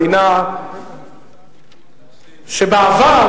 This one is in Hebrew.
מדינה שבעבר,